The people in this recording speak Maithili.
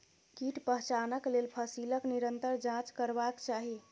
कीट पहचानक लेल फसीलक निरंतर जांच करबाक चाही